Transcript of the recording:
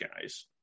guys